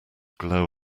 glow